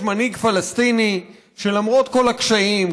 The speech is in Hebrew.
יש מנהיג פלסטיני שלמרות כל הקשיים,